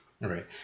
right